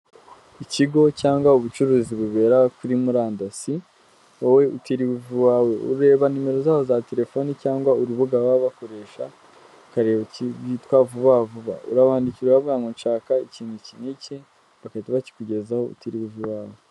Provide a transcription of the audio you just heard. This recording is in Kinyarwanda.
Ikigo cyangwa ubucuruzi bubera kuri murandasi, wowe utiri uva iwawe ureba nimero zabo za telefoni cyangwa urubuga baba bakoresha, ukareba bitwa vuba vuba, urabandikira ukavuga ngo nshaka ikintu iki n'iki bagatita bakikugezaho utiriwe uva iwawe.